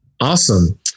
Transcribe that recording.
Awesome